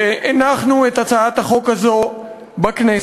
והנחנו את הצעת החוק הזאת בכנסת,